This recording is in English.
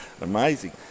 amazing